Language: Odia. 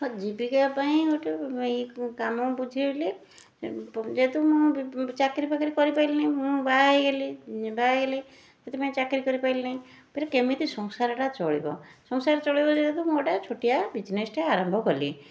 ହଁ ଜୀବିକା ପାଇଁ ଗୋଟେ ଏଇ କାମ ବୁଝିଲି ଯେହେତୁ ମୁଁ ଚାକିରୀ ବାକିରି କରିପାରିଲିନି ମୁଁ ବାହା ହେଇଗଲି ବାହା ହେଇଗଲି ସେଥିପାଇଁ ଚାକିରୀ କରିପାରିଲିନି ଫେରେ କେମିତି ସଂସାରଟା ଚଳିବ ସଂସାର ଚଳେଇବ ଯେହେତୁ ମୁଁ ଗୋଟେ ଛୋଟିଆ ବୀଜନେସ୍ଟେ ଆରମ୍ଭ କଲି